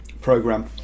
program